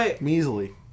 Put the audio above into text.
Measly